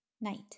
NIGHT